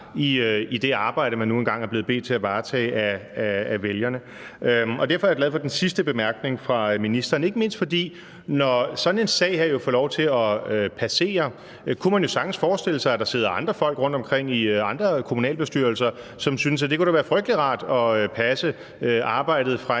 i det arbejde, man nu engang er blevet bedt om at varetage af vælgerne. Derfor er jeg glad for den sidste bemærkning fra ministeren, ikke mindst fordi man jo, når sådan en sag her får lov til at passere, sagtens kunne forestille sig, at der sidder andre folk rundtomkring i andre kommunalbestyrelser, som synes, at det da kunne være frygtelig rart at passe arbejdet fra